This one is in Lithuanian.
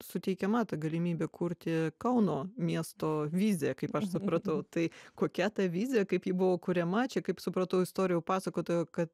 suteikiama galimybė kurti kauno miesto viziją kaip aš supratau tai kokia ta vizija kaip ji buvo kuriama čia kaip supratau istorijų pasakotojo kad